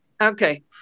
Okay